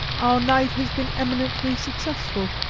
our night has been eminently successful.